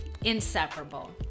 inseparable